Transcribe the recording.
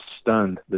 stunned